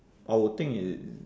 I would think it